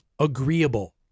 agreeable